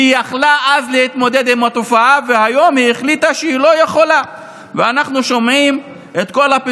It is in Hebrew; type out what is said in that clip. היום אנחנו שומעים על מעצרים מינהליים.